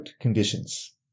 conditions